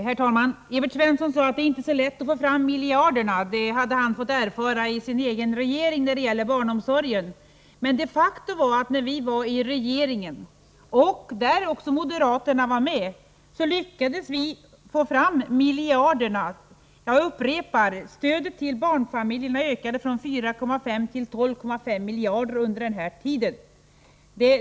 Herr talman! Evert Svensson sade att det inte är så lätt att få fram miljarderna; det hade han fått erfara i sin egen regering när det gäller barnomsorgen. Men faktum är att när vi var i regeringen, där också moderaterna satt med, lyckades vi få fram miljarderna. Jag upprepar: Stödet till barnfamiljerna ökade från 4,5 till 12,5 miljarder under den tiden.